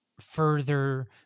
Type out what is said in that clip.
further